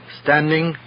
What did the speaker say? standing